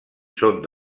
són